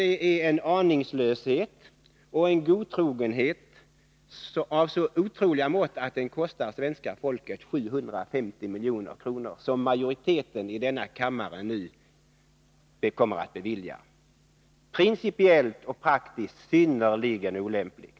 Det är en aningslöshet och en godtrogenhet av så otroliga mått att det kostar svenska folket 750 milj.kr. Detta belopp kommer majoriteten i denna kammare nu att bevilja. Det är principiellt och praktiskt synnerligen olämpligt!